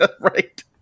Right